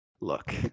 Look